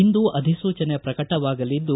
ಇಂದು ಅಧಿಸೂಚನೆ ಪ್ರಕಟವಾಗಲಿದ್ದು